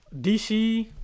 DC